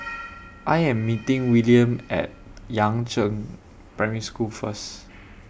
I Am meeting Willaim At Yangzheng Primary School First